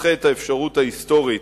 ותדחה את האפשרות ההיסטורית